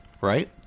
right